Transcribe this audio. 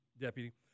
deputy